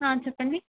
ఆ చెప్పండి